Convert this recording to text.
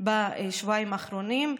בשבועיים האחרונים,